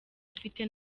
afite